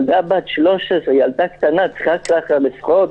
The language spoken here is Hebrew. ילדה קטנה צריכה ככה לפחד?